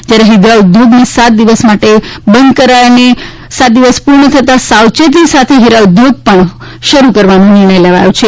જ્યારે હિરા ઉદ્યોગને સાત દિવસ માટે બંધ કરાયાને પૂર્ણ થતા સાવચેતી સાથે હિરા ઉદ્યોગ પણ શરૂ કરવાનો નિર્ણય કરાયો છે